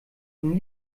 von